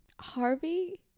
Harvey